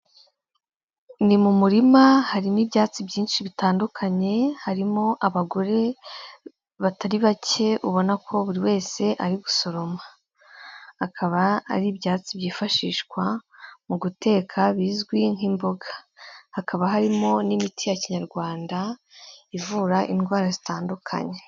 Ni mu murima, harimo ibyatsi byinshi bitandukanye, harimo abagore batari bake ubona ko buri wese ari gusoroma, akaba ari ibyatsi byifashishwa mu guteka bizwi nk'imboga, hakaba harimo n'imiti ya kinyarwanda ivura indwara zitandukanye.